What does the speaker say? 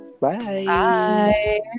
Bye